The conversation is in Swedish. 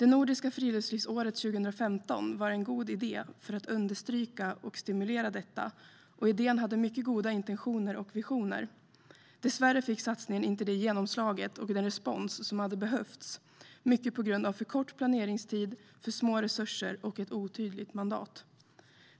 Nordiska friluftslivsåret 2015 var en god idé för att understryka och stimulera detta, och idén hade mycket goda intentioner och visioner. Dessvärre fick satsningen inte det genomslag och den respons som hade behövts, mycket på grund av för kort planeringstid, för små resurser och ett otydligt mandat.